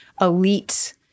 elite